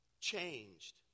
changed